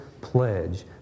pledge